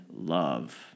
love